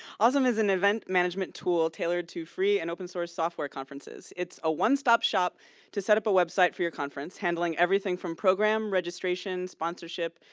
osem is an event management tool tailored to free and open source software conferences. it's a one-stop-shop to set up a website for your conference, handling everything from program, registrations, sponsorship,